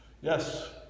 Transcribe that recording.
yes